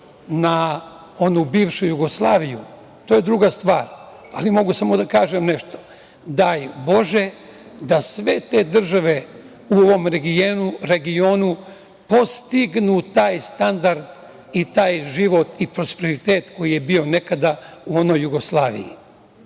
na onu bivšu Jugoslaviju to je druga stvar, ali mogu samo da kažem nešto – daj Bože da sve te države u ovom regionu postignu taj standard i taj život i prosperitet koji je bio nekada u onoj Jugoslaviji.